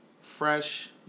fresh